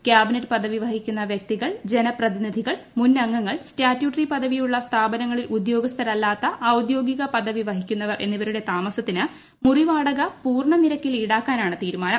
cabinet വൃക്തികൾ ജനപ്രതിനിധികൾ മുൻ അംഗങ്ങൾ സ്റ്റാറ്റ്യൂട്ടറി പദവിയുള്ള സ്ഥാപനങ്ങളിൽ ഉദ്യോഗസ്ഥരല്ലാത്ത ഔദ്യോഗിക പദവി വഹിക്കുന്നവർ എന്നിവരുടെ താമസത്തിന് മുറി വാടക പൂർണ നിരക്കിൽ ഈടാക്കാനാണ് തീരുമാനം